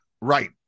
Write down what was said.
Right